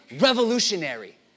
revolutionary